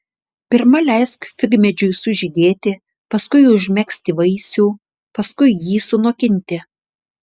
pirma leisk figmedžiui sužydėti paskui užmegzti vaisių paskui jį sunokinti